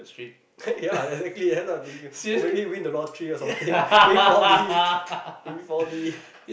ya exactly that's what I'm thinking or maybe win the lottery or something win four-D win four-D